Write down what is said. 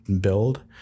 build